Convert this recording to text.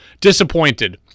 Disappointed